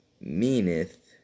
meaneth